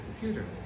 computer